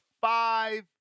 five